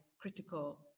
critical